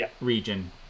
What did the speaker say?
region